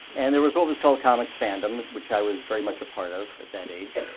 and there was what was called comics fandom, which i was very much a part of that age.